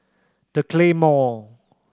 The Claymore